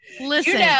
Listen